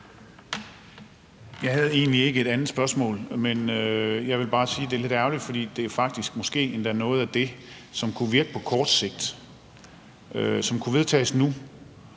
Jeg havde egentlig ikke et andet spørgsmål, men jeg vil bare sige, at det er lidt ærgerligt, fordi det faktisk måske endda er noget af det, der kunne virke på kort sigt, som kunne vedtages nu,